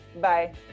Bye